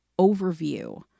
overview